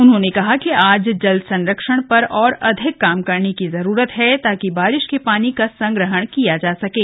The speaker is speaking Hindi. उन्होंने कहा कि आज जल संरक्षण और अधिक काम करने की जरूरत है ताकि बारिश के पानी का संग्रहण किया जा सकें